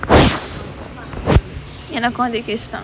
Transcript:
எனக்கும் அதே:enakkum athae case தான்:thaan